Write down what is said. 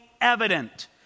evident